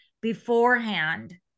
beforehand